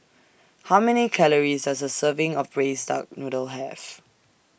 How Many Calories Does A Serving of Braised Duck Noodle Have